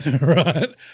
right